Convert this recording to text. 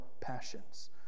passions